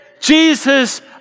Jesus